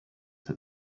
that